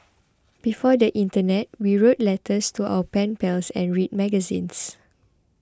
before the internet we wrote letters to our pen pals and read magazines